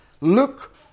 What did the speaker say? Look